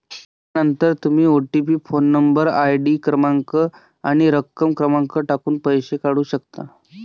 त्यानंतर तुम्ही OTP phone number, ID क्रमांक आणि रक्कम क्रमांक टाकून पैसे काढू शकता